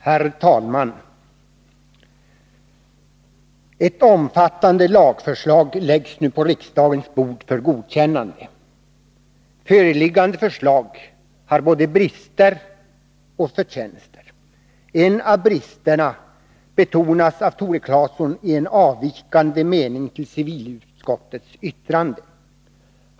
Herr talman! Ett omfattande lagförslag läggs nu på riksdagens bord för godkännande. Förslaget har både brister och förtjänster. En av bristerna betonas av Tore Claeson i en avvikande mening till civilutskottets yttrande.